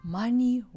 money